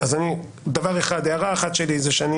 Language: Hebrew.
אז הערה אחת שלי היא שאני